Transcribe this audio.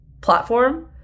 platform